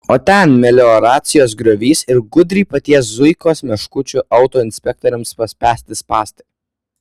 o ten melioracijos griovys ir gudriai paties zuikos meškučių autoinspektoriams paspęsti spąstai